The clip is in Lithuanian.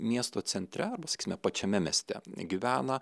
miesto centre arba sakysime pačiame mieste gyvena